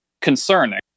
concerning